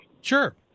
Sure